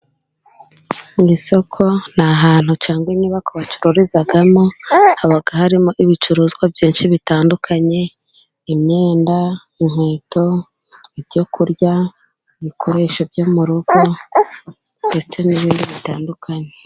Mu isoko ni ahantu cyangwa inyubako bacururizamo, haba harimo ibicuruzwa byinshi bitandukanye, imyenda, inkweto, ibyo kurya, ibikoresho byo mu rugo, ndetse n'ibindi bitandukanye.